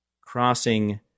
crossing